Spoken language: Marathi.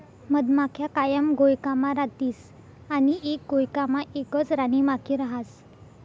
मधमाख्या कायम घोयकामा रातीस आणि एक घोयकामा एकच राणीमाखी रहास